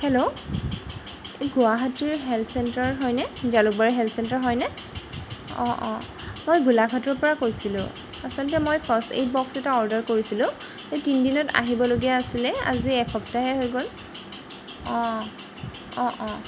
hello এই গুৱাহাটীৰ health centre হয়নে জালুকবাৰী হেলথ চেণ্টাৰ হয়নে অঁ অঁ মই গোলাঘাটৰপৰা কৈছিলোঁ আচলতে মই ফাৰ্ষ্ট এইড বক্স এটা অৰ্ডাৰ কৰিছিলোঁ এই তিনিদিনত আহিবলগীয়া আছিলে আজি এসপ্তাহে হৈ গ'ল অঁ অঁ অঁ